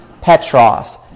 Petros